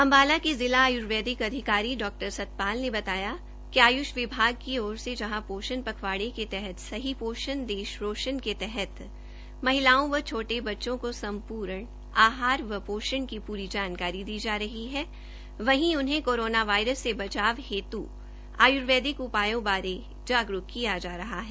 अंबाला के जिला आयुर्वेदिक अधिकारी डॉ सतपाल ने बताया कि आयुष विभाग की ओर से जहां पोषण पखवाड़े के तहत सही पोषण देश रोशन के तहत महिलाओं व छोटे बच्चों को सम्पूर्ण आहार एवं पोषण की पूरी जानकारी दी जा रही है वहीं उन्हें कोरोना वायरस से बचाव हेतु आयूर्वेदिक उपायों बारे जागरूक किया जा रहा है